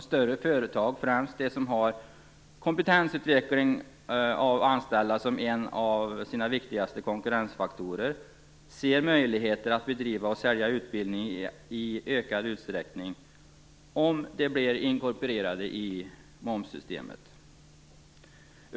Större företag, främst de som har kompetensutveckling av anställda som en av sina viktigaste konkurrensfaktorer, ser möjligheter att bedriva och sälja utbildning i ökad utsträckning, om de blir inkorporerade i momssystemet.